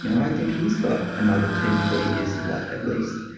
you know i think he's got another ten, twenty years of life at least.